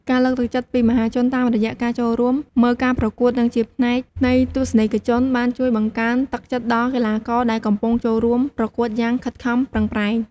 ការលើកទឹកចិត្តពីមហាជន តាមរយៈការចូលរួមមើលការប្រកួត និងជាផ្នែកនៃទស្សនិកជន បានជួយបង្កើនទឹកចិត្តដល់កីឡាករដែលកំពុងចូលរួមប្រកួតយ៉ាងខិតខំប្រឹងប្រែង។